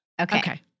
Okay